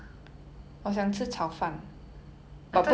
but